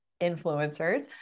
influencers